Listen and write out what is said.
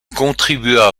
contribua